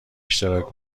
اشتراک